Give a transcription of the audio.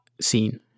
scene